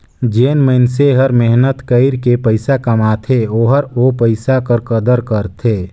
जेन मइनसे हर मेहनत कइर के पइसा कमाथे ओहर ओ पइसा कर कदर करथे